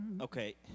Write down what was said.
okay